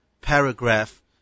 paragraph